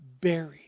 buried